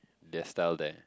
their style there